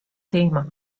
tema